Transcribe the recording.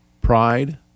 pride